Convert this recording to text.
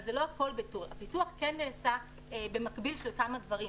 לא הכול בטור - הפיתוח כן נעשה במקביל כמה דברים,